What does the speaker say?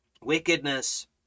wickedness